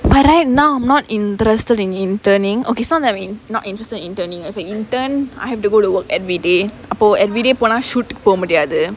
but right now I'm not interested in interning okay sounds like it's not that I'm not interested in interning as a intern I have to go to work everyday அப்போ:appo everyday போனா:ponaa shoot க்கு போமுடியாது:ku pomudiyaathu